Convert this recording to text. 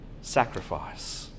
sacrifice